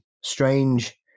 strange